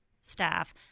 staff